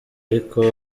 ariko